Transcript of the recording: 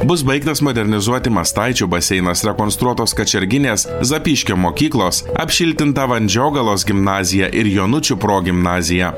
bus baigtas modernizuoti mastaičių baseinas rekonstruotos kačerginės zapyškio mokyklos apšiltinta vandžiogalos gimnazija ir jonučių progimnazija